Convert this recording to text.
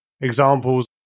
examples